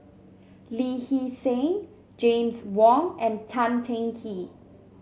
Lee Hee Seng James Wong and Tan Teng Kee